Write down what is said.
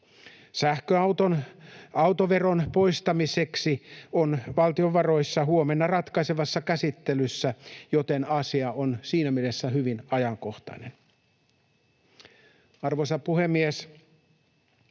Sähköauton autoveron poistaminen on valtiovaroissa huomenna ratkaisevassa käsittelyssä, joten asia on siinä mielessä hyvin ajankohtainen. Arvoisa puhemies!